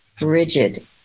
rigid